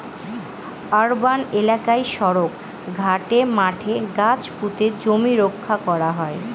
urban এলাকায় সড়ক, ঘাটে, মাঠে গাছ পুঁতে জমি রক্ষা করা হয়